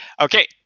Okay